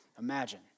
imagine